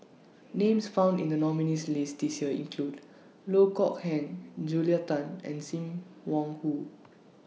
Names found in The nominees' list This Year include Loh Kok Heng Julia Tan and SIM Wong Hoo